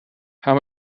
how